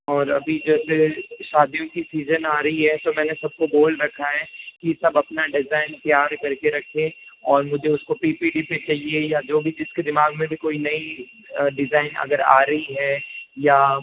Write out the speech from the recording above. और अभी जैसे शादीयों की सीजन आ रही है तो मैंने सबको बोल रखा है कि सब अपना डिज़ाइन तैयार करके रखे और मुझे उसको पी पी टी में चाहिए ही और जो भी जिसके दिमाग में भी कोई नई डिज़ाइन अगर आ रही है या